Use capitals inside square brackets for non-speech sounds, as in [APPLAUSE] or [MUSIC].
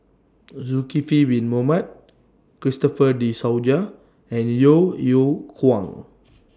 Zulkifli Bin Mohamed Christopher De [UNINTELLIGIBLE] and Yeo Yeow Kwang